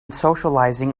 socializing